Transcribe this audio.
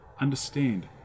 understand